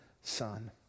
Son